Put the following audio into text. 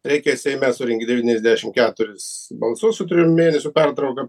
reikia seime surinkt devyniasdešim keturis balsus su trijų mėnesių pertrauka